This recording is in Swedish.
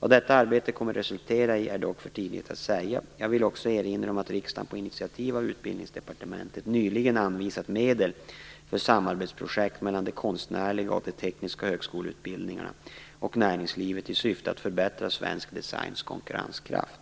Vad detta arbete kommer att resultera i är dock för tidigt att säga. Jag vill också erinra om att riksdagen på initiativ av Utbildningsdepartementet nyligen anvisat medel för samarbetsprojekt mellan de konstnärliga och de tekniska högskoleutbildningarna och näringslivet i syfte att förbättra svensk designs konkurrenskraft.